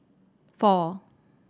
four